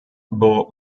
bought